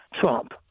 Trump